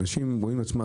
אנשים רואים עצמם,